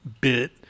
bit